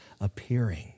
appearing